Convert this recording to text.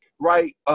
right